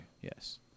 Yes